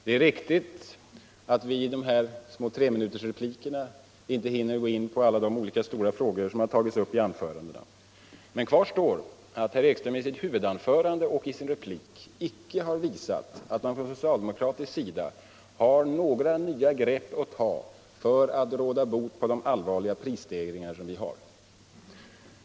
Det är riktigt att vi i dessa treminutersrepliker inte hinner gå in på alla stora frågor som tagits upp i de tidigare anförandena, men kvar står att herr Ekström i sitt huvudanförande och i sin replik icke visat att man på socialdemokratiskt håll har några nya grepp att ta för att råda bot på de allvarliga prisstegringar som vi har.